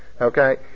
okay